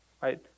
right